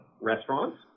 restaurants